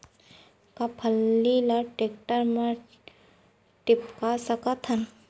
का फल्ली ल टेकटर म टिपका सकथन?